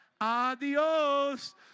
Adios